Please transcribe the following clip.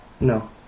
No